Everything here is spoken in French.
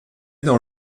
dans